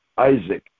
Isaac